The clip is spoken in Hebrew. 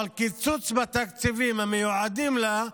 אבל קיצוץ בתקציבים המיועדים לה,